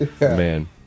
man